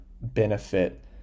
benefit